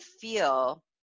feel